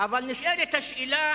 נשאלת השאלה: